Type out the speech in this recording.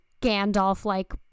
Gandalf-like